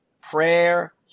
prayer